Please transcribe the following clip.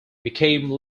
became